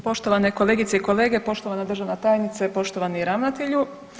Poštovane kolegice i kolege, poštovana državna tajnice, poštovani ravnatelju.